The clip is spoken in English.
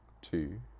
Two